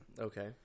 Okay